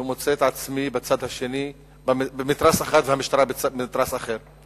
מוצא את עצמי במתרס אחד והמשטרה במתרס אחר.